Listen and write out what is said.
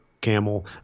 camel